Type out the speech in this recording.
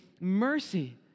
mercy